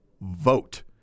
vote